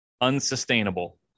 unsustainable